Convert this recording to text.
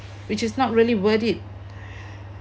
which is not really worth it